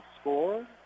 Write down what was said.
score